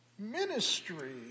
Ministry